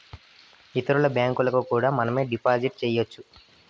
ఇతరుల బ్యాంకులకు కూడా మనమే డిపాజిట్ చేయొచ్చు